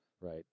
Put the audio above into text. right